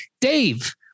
Dave